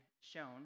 shown